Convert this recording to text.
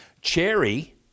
cherry